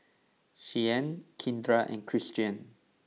Shianne Kindra and Kristian